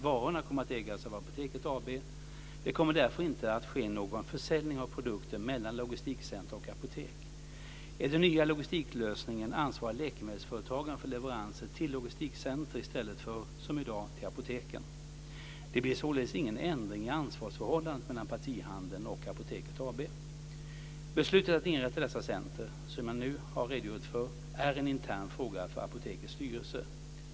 Varorna kommer att ägas av Apoteket AB; det kommer därför inte att ske någon försäljning av produkter mellan logistikcentrum och apotek. I den nya logistiklösningen ansvarar läkemedelsföretagen för leveransen till logistikcentrumen i stället för, som i dag, till apoteken. Det blir således ingen ändring i ansvarsförhållandet mellan partihandeln och Apoteket AB. Beslutet att inrätta dessa centrum, som jag nu har redogjort för, är en intern fråga för Apotekets styrelse.